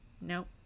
nope